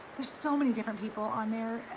there's so many different people on there.